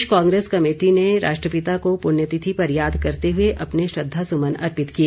प्रदेश Congress committee ने राष्ट्रपिता को पुण्यतिथि पर याद करते हुए अपने श्रद्वासुमन अर्पित किए